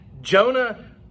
Jonah